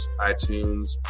iTunes